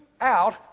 out